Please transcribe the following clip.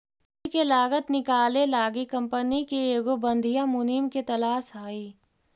पूंजी के लागत निकाले लागी कंपनी के एगो बधियाँ मुनीम के तलास हई